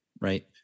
right